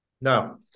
No